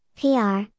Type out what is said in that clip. PR